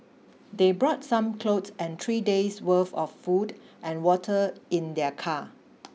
they brought some cloth and three days' worth of food and water in their car